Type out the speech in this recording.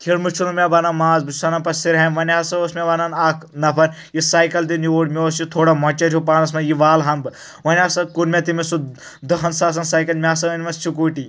کھِرمہٕ چھُنہٕ مےٚ بنان ماز بہٕ چھُس انان پتہٕ سرہامہِ وۄنۍ ہسا اوس مےٚ ونان اکھ نفر یہِ سایکل دِن یوٗرۍ مےٚ اوس یہِ تھوڑا مۄچر ہیوٗ پانس مےٚ یہِ والہٕ ہن بہٕ وۄنۍ ہسا کوٚر مےٚ تٔمِس دہن ساسن سایلک مےٚ ہسا أنۍ وۄنۍ سکوٗٹی